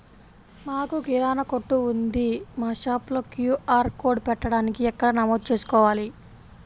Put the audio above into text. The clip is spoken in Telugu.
మాకు కిరాణా కొట్టు ఉంది మా షాప్లో క్యూ.ఆర్ కోడ్ పెట్టడానికి ఎక్కడ నమోదు చేసుకోవాలీ?